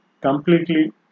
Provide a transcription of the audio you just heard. completely